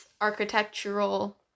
architectural